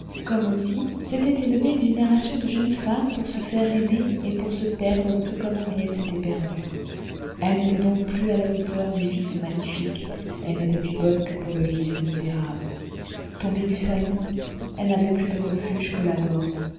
comme aussi s'était élevée une génération de jeunes femmes pour se faire aimer et pour se perdre tout comme henriette s'était perdue elle n'était donc plus à la hauteur du vice magnifique elle n'était plus bonne que pour le vice misérable tombée du salon elle n'avait plus de refuge